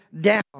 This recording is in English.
down